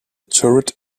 turret